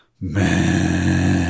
Man